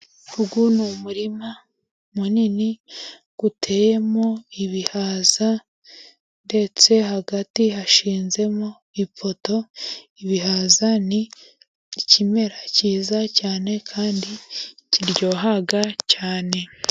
Uyu n'umurima munini utemo ibihaza ndetse hagati hashinzemo ipoto, ibihaza ni ikimera cyiza cyane kandi kiryoha cyane.